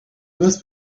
must